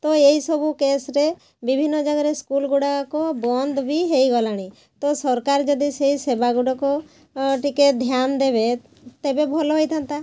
ତ ଏଇ ସବୁ କେସ୍ରେ ବିଭିନ୍ନ ଜାଗାରେ ସ୍କୁଲ୍ ଗୁଡ଼ାକ ବନ୍ଦ ବି ହେଇଗଲାଣି ତ ସରକାର ଯଦି ସେଇ ସେବା ଗୁଡ଼ାକ ଟିକେ ଧ୍ୟାନ ଦେବେ ତେବେ ଭଲ ହେଇଥାନ୍ତା